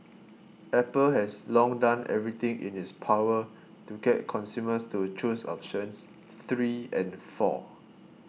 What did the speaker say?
Apple has long done everything in its power to get consumers to choose options three and four